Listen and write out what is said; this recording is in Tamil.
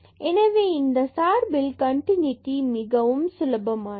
எனவே இந்த சார்பில் கன்டினுடி என்பது சுலபமானது